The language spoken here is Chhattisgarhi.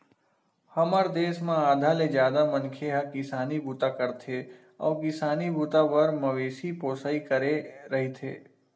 हमर देस म आधा ले जादा मनखे ह किसानी बूता करथे अउ किसानी बूता बर मवेशी पोसई करे रहिथे